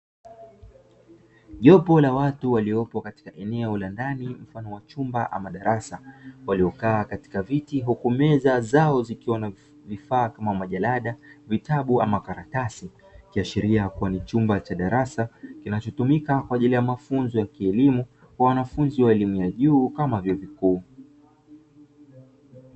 Jopo la watu waliopo katika eneo la ndani mfano wa chumba ama darasa waliokaa katika viti, huku meza zao zikiwa na vifaa kama majalada, vitabu ama makaratasi, ikiashiria kuwa ni chumba cha darasa kinachotumika kwa ajili ya mafunzo ya kielimu kwa wanafunzi wa elimu ya juu kama vyuo vikuu.